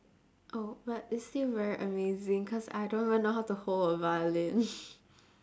oh but it's still very amazing cause I don't even know how to hold a violin